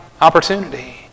opportunity